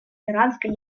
иранской